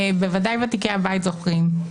בוודאי ותיקי הבית זוכרים,